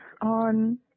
on